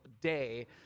day